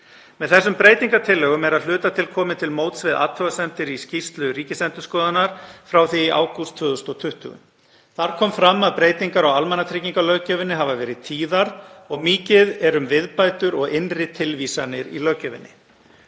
Með þessum breytingartillögum er að hluta til komið til móts við athugasemdir í skýrslu Ríkisendurskoðunar frá því í ágúst 2020. Þar kom fram að breytingar á almannatryggingalöggjöfinni hafi verið tíðar og mikið sé um viðbætur og innri tilvísanir í henni.